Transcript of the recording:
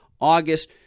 August